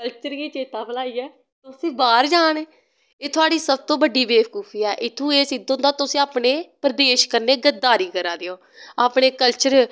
culture गी चेत्ता भलाईयै तुस बाह्र जा ने एह् थोआड़ी सब तो बड्डी बे कूफी ऐ इत्थुं एह् सिध्द होंदा तुस अपने प्रदेश कन्नै गरदारी करा दे ओ अपने कल्चर